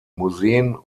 museen